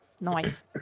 Nice